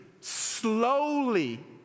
slowly